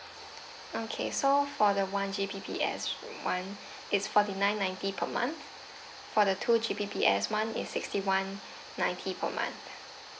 okay so for the one G_B_P_S one is forty nine ninety per month for the two G_B_P_S one is sixty one ninety per month